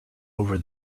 over